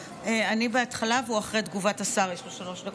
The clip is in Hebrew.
אני בהתחלה והוא אחרי תגובת השר, יש לו שלוש דקות.